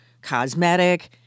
cosmetic